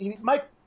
Mike